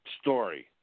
story